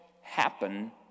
happen